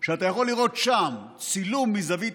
שאתה יכול לראות שם צילום מזווית